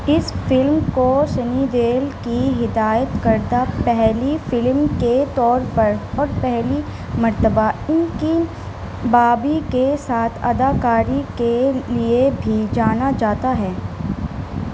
اس film کو سنی دیول کی ہدایت کردہ پہلی فلم کے طور پر اور پہلی مرتبہ ان کی بابی کے ساتھ اداکاری کے لیے بھی جانا جاتا ہے